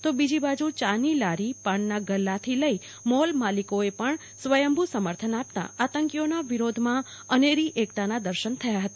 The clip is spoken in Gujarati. તો બીજી બાજુ ચા ની લારીપાનના ગલ્લાથી લઇ મોલ માલિકોએ પણ સ્વયંભુ સમર્થન આપતા આતંકીઓના વિરોધમાં અનેરી એકતાના દર્શન થયા હતા